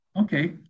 Okay